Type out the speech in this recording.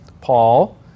Paul